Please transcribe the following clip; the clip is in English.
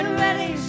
ready